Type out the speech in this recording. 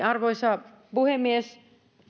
arvoisa puhemies